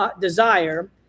desire